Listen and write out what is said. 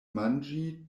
manĝi